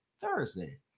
Thursday